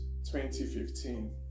2015